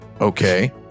Okay